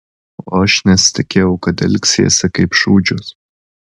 o aš nesitikėjau kad elgsiesi kaip šūdžius